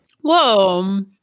Whoa